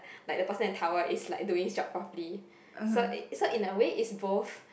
like the person in tower is like doing his job properly so in so in a way it's both